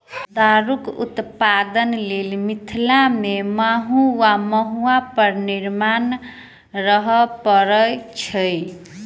दारूक उत्पादनक लेल मिथिला मे महु वा महुआ पर निर्भर रहय पड़ैत छै